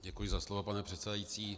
Děkuji za slovo, pane předsedající.